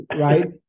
right